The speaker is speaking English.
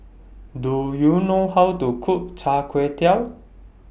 Do YOU know How to Cook Char Kway Teow